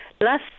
last